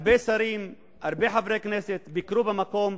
הרבה שרים, הרבה חברי כנסת ביקרו במקום,